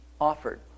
offered